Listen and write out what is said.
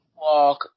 walk